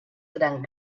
gran